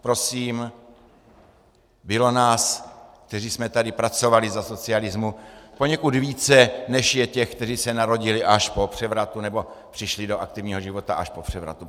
Prosím, bylo nás, kteří jsme tady pracovali za socialismu, poněkud více, než je těch, kteří se narodili až po převratu, nebo přišli do aktivního života až po převratu.